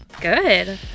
good